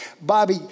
Bobby